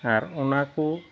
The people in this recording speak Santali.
ᱟᱨ ᱚᱟᱱᱟᱠᱚ